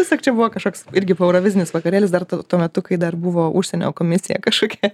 tiesiog čia buvo kažkoks irgi poeurovizinis vakarėlis dar tuo metu kai dar buvo užsienio komisija kažkokia